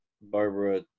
Barbara